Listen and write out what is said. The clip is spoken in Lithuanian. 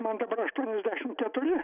man dabar aštuoniasdešim keturi